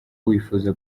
wifuza